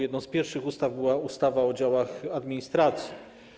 Jedną z pierwszych ustaw była ustawa o działach administracji.